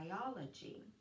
biology